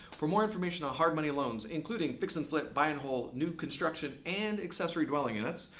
for more information on hard money loans, including fix and flip, buy and hold, new construction, and accessory dwelling units,